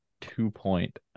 two-point